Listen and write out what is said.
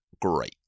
great